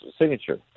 signature